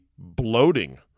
bloating